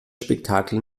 spektakel